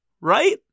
right